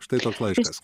štai toks laikas